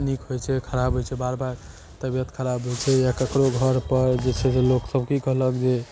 नीक होइ छै खराब होइ छै बार बार तबियत खराब होइ छै या ककरो घरपर जे छै से लोक सब कि कहलक जे